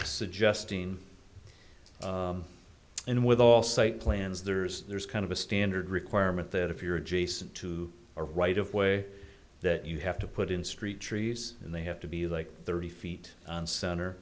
suggesting and with all site plans there's there's kind of a standard requirement that if you're adjacent to a right of way that you have to put in street trees and they have to be like thirty feet on cent